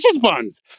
Buns